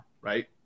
right